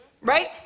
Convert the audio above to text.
Right